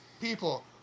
people